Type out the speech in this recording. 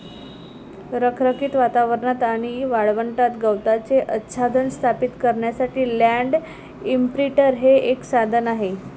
रखरखीत वातावरणात आणि वाळवंटात गवताचे आच्छादन स्थापित करण्यासाठी लँड इंप्रिंटर हे एक साधन आहे